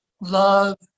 love